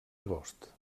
agost